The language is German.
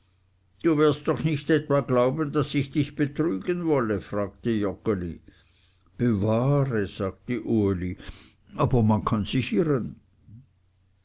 du wirst doch nicht etwa glauben daß ich dich betrügen wolle fragte joggeli bewahre sagte uli aber man kann sich irren